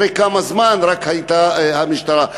אחרי כמה זמן רק הייתה המשטרה.